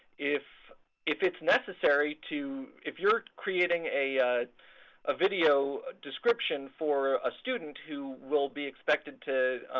if if it's necessary to if you're creating a ah video ah description for a student who will be expected to